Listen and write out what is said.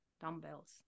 dumbbells